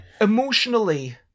emotionally